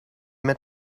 met